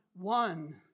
one